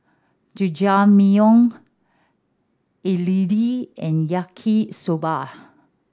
Jajangmyeon Idili and Yaki Soba